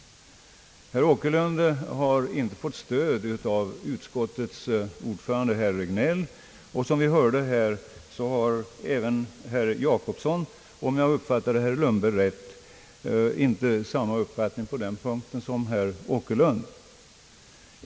Herr Åkerlund har inte ens fått stöd av sin partivän utskottets ordförande, herr Regnéll. Som vi hörde här har inte heller herr Gösta Jacobsson — och om jag uppfattade herr Lundberg rätt — samma uppfattning på den punkten som herr Åkerlund.